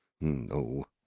No